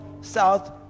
south